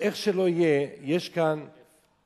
שאיך שלא יהיה, יש כאן השלכות,